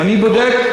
אני בודק.